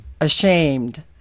Ashamed